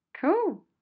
Cool